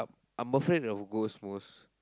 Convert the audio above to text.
I'm afraid of ghost most